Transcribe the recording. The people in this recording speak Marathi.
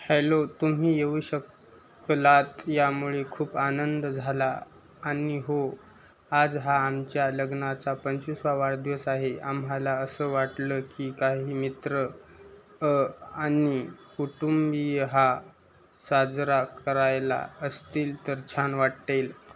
हॅलो तुम्ही येऊ शकलात यामुळे खूप आनंद झाला आणि हो आज हा आमच्या लग्नाचा पंचवीसावा वाढदिवस आहे आम्हाला असं वाटलं की काही मित्र आणि कुटुंबीय हा साजरा करायला असतील तर छान वाटेल